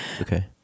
Okay